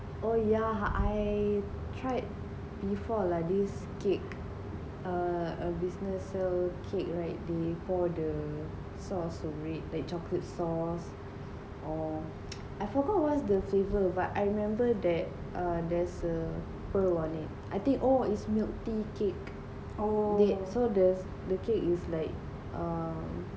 oh yeah I tried before lah this cake err a business sell cake like they pour the sauce on it like chocolate sauce or I forgot what was the flavor but I remember that err there's a pearl on it I think oh it's milk tea cake so the the cake is like err